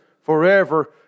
forever